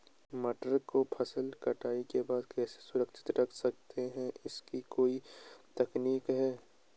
मटर को फसल कटाई के बाद कैसे सुरक्षित रख सकते हैं इसकी कोई तकनीक है?